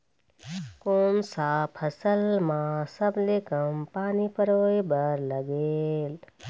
कोन सा फसल मा सबले कम पानी परोए बर लगेल?